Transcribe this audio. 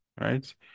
right